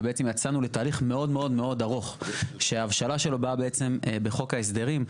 ויצאנו לתהליך מאוד מאוד מאוד ארוך שההבשלה שלו באה בחוק ההסדרים.